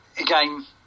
Again